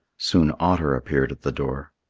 soon otter appeared at the door.